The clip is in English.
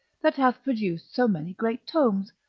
that hath produced so many great tomes,